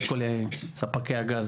כל ספקי הגז